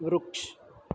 વૃક્ષ